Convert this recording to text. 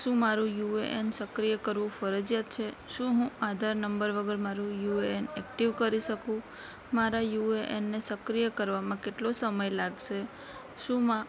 શું મારૂ યુએએન સક્રિય કરવું ફરજિયાત છે શું હું આધાર નંબર વગર મારો યુએએન એક્ટિવ કરી શકું મારા યુએએનને સક્રિય કરવામાં કેટલો સમય લાગશે શું